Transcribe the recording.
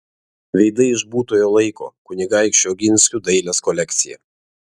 veidai iš būtojo laiko kunigaikščių oginskių dailės kolekcija